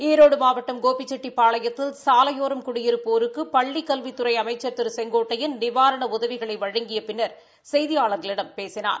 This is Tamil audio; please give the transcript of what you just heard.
ஈரோடு மாவட்டம் கோபிச்செட்டிப்பாளையத்தில் சாலையோரம் குடியிருப்போருக்கு பள்ளிக் கல்வித்துறை அமைச்சா் திரு செங்கோட்டையன் நிவாரண உதவிகளை வழங்கிய பின்னர் செய்தியாள்களிடம் பேசினார்